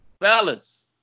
Fellas